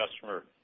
customer